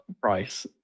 price